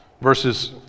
verses